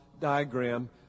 diagram